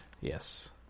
Yes